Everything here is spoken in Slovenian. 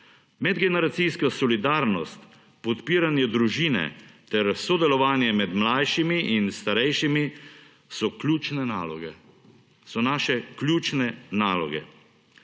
Medgeneracijska solidarnost, podpiranje družine ter sodelovanje med mlajšimi in starejšimi so ključne naloge,